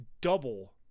double